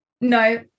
No